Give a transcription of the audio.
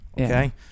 okay